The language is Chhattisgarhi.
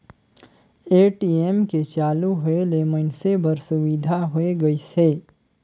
ए.टी.एम के चालू होय ले मइनसे बर सुबिधा होय गइस हे